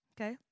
Okay